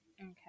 Okay